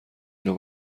اینو